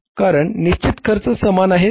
कारण निश्चित खर्च समान आहे